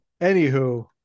Anywho